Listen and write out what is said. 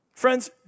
Friends